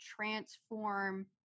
transform